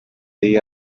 they